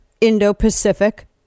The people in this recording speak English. Indo-Pacific